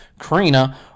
karina